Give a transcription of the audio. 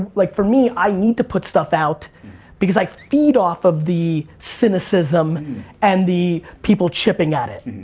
like for me, i need to put stuff out because i feed off of the cynicism and the people chipping at it.